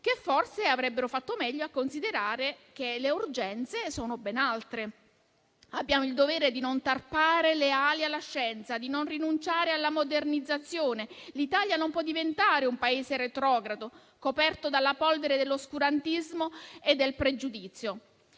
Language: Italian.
che forse avrebbero fatto meglio a considerare che le urgenze sono ben altre. Abbiamo il dovere di non tarpare le ali alla scienza, di non rinunciare alla modernizzazione. L'Italia non può diventare un Paese retrogrado, coperto dalla polvere dell'oscurantismo e del pregiudizio.